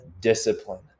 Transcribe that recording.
discipline